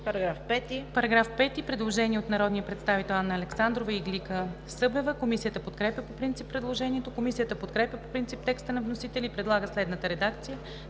По § 5 има предложение от народните представители Анна Александрова и Иглика Иванова-Събева. Комисията подкрепя по принцип предложението. Комисията подкрепя по принцип текста на вносителя и предлага следната редакция